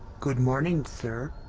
good morning, sir.